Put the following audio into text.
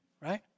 right